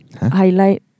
highlight